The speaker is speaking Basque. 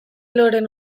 loreen